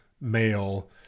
male